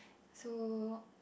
so